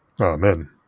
Amen